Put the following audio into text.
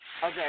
Okay